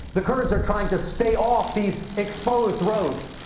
the kurds are trying to stay off these exposed roads.